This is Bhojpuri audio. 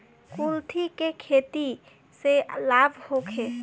कुलथी के खेती से लाभ होखे?